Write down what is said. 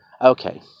Okay